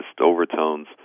overtones